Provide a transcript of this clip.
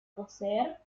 poseer